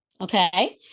Okay